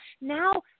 Now